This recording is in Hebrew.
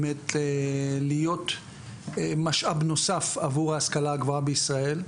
באמת להיות משאב נוסף עבור ההשכלה הגבוהה בישראל.